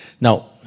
Now